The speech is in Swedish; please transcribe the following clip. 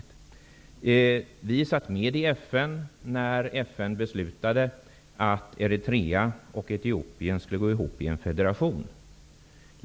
Sverige var med i FN när FN beslutade att Eritrea och Etiopien skulle gå ihop i en federation.